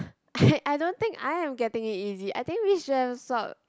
I don't think I am getting it easy I think we should have swopped